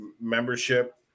membership